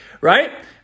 Right